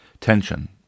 tension